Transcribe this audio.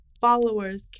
followers